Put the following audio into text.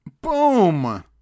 Boom